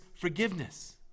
forgiveness